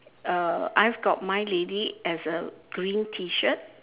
uh I've got my lady as a green tee shirt